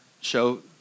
show